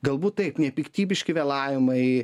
galbūt taip nepiktybiški vėlavimai